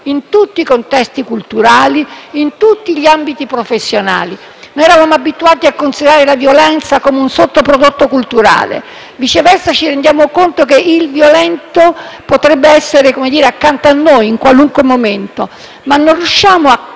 in tutti i contesti culturali, in tutti gli ambiti professionali. Noi eravamo abituati a considerare la violenza come un sottoprodotto culturale. Viceversa, ci rendiamo conto che il violento potrebbe essere - come dire - accanto a noi in qualunque momento, ma non riusciamo a